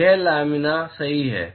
यह लामिना सही है